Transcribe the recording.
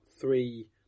three